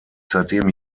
seitdem